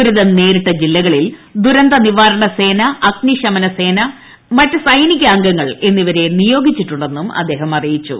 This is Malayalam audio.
ദുരിതം നേരിട്ട ജില്ലകളിൽ ദുരന്തനിവാരണ സേന ൃഢ്യിശ്മന സേന മറ്റ് സൈനിക അംഗങ്ങൾ എന്നിവരെ നിയോഗിച്ചിട്ടുണ്ടെന്നും അദ്ദേഹം അറിയിച്ചു